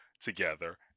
together